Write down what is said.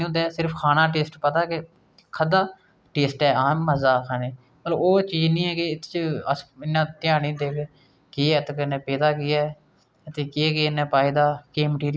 दौड़दा रेहा दौड़दा रेहा ते उन्ने आक्खेआ कि राजा जी अज्ज में सारी जमीन नापी लैनी ऐ ते में शामीं तगर इत्थां शुरू करङ ते इत्थें तगर पुज्जङ ते ओह् अगले दिन सूरज चढ़ेआ ते उन्ने चलना शुरू कीता ते फिर डुब्बी बी गेआ